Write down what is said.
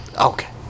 Okay